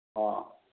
ஆ